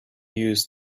used